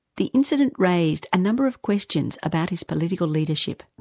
the incident raised a number of questions about his political leadership.